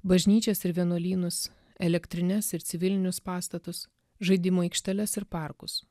bažnyčias ir vienuolynus elektrines ir civilinius pastatus žaidimų aikšteles ir parkus